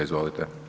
Izvolite.